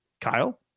Kyle